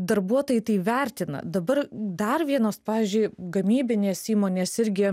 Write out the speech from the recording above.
darbuotojai tai vertina dabar dar vienos pavyzdžiui gamybinės įmonės irgi